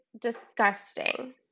disgusting